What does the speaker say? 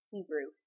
Hebrew